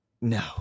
no